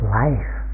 life